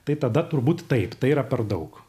tai tada turbūt taip tai yra per daug